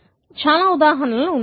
చాలా ఉదాహరణలు ఉన్నాయి